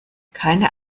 keine